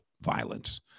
violence